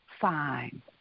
fine